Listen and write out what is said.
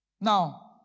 Now